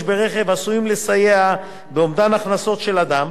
ברכב עשויים לסייע באומדן הכנסות של אדם,